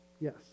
Yes